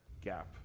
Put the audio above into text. gap